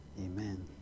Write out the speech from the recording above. Amen